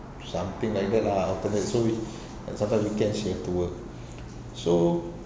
something like that lah alternate so we and sometimes weekend she has to work so